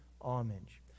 homage